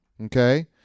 Okay